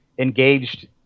engaged